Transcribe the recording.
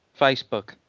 Facebook